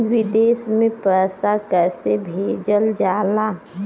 विदेश में पैसा कैसे भेजल जाला?